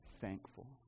thankful